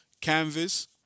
canvas